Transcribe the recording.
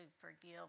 forgive